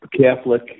Catholic